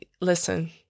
listen